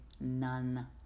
none